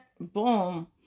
boom